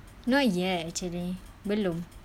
not yet actually belum